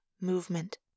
movement